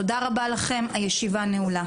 תודה רבה לכם, הישיבה נעולה.